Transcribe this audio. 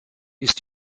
ist